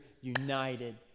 united